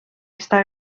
està